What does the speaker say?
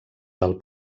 del